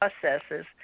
processes